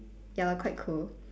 ya lor quite cool